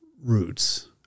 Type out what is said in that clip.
roots